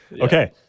Okay